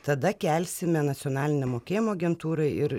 tada kelsime nacionalinę mokėjimo agentūrą ir